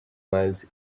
miles